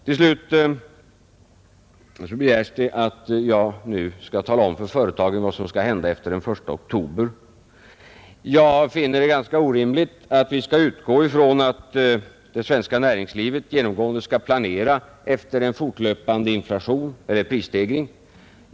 Till slut begärs det att jag skall tala om för företagen vad som skall hända efter den 1 oktober. Det är ganska orimligt att vi skall utgå ifrån att det svenska näringslivet genomgående skall planera efter en fortlöpande prisstegring.